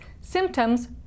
symptoms